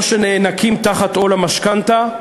או שנאנקים תחת עול המשכנתה,